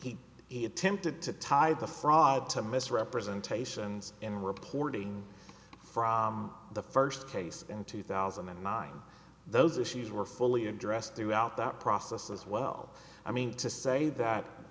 he attempted to tie the fraud to misrepresentations in reporting the first case in two thousand and nine those issues were fully addressed throughout that process as well i mean to say that